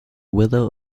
whether